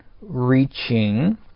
reaching